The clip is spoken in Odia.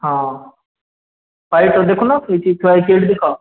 ହଁ ହ୍ୱାଇଟ୍ର ଦେଖୁନ ଥୁଆ ହେଇଛି ହେଇଟି ଦେଖ